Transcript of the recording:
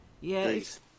Yes